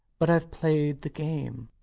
but ive played the game.